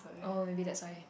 oh maybe that's why